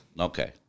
okay